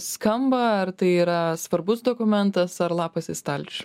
skamba ar tai yra svarbus dokumentas ar lapas į stalčių